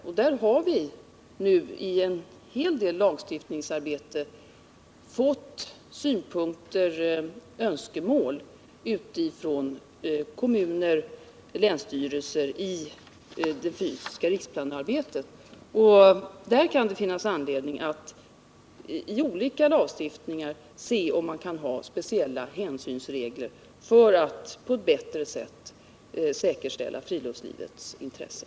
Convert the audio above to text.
I samband med planeringsarbetet i den fysiska riksplanen har synpunkter och önskemål inkommit från kommuner och länsstyrelser. Det kan finnas anledning att i olika lagstiftningsarbeten se om man kan ha speciella regler för att därigenom på ett bättre sätt än nu kunna säkerställa friluftslivets intressen.